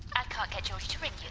i can't get georgie to ring you